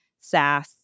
SaaS